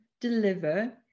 deliver